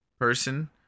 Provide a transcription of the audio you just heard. person